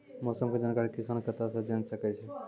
मौसम के जानकारी किसान कता सं जेन सके छै?